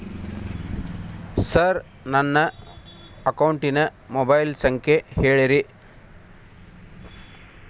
sir ನನ್ನ ಅಕೌಂಟಿನ mobile ಸಂಖ್ಯೆ ಹೇಳಿರಿ